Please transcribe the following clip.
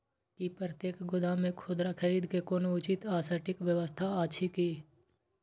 की प्रतेक गोदाम मे खुदरा खरीद के कोनो उचित आ सटिक व्यवस्था अछि की?